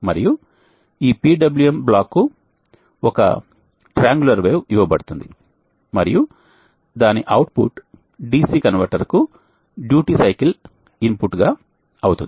మరియు ఈ PWM block కు ఒక త్రిభుజం తరంగం ఇవ్వబడుతుంది మరియు దాని అవుట్పుట్ DC కన్వర్టర్కు డ్యూటీ సైకిల్ ఇన్పుట్ అవుతుంది